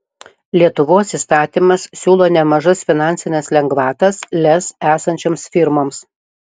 lietuvos įstatymas siūlo nemažas finansines lengvatas lez esančioms firmoms